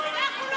אנחנו לא יהודים.